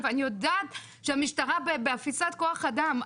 אני יודעת שהמשטרה באפיסת כח אדם,